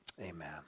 Amen